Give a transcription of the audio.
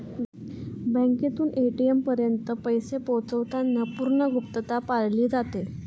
बँकेतून ए.टी.एम पर्यंत पैसे पोहोचवताना पूर्ण गुप्तता पाळली जाते